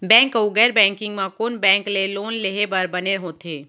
Bank अऊ गैर banking म कोन बैंक ले लोन लेहे बर बने होथे?